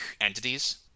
entities